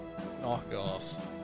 knockoff